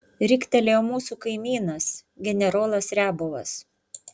riktelėjo mūsų kaimynas generolas riabovas